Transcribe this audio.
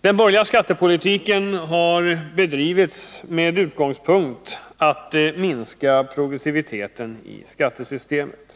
Den borgerliga skattepolitiken har bedrivits från utgångspunkten att man vill minska progressiviteten i skattesystemet.